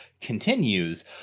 continues